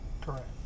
Correct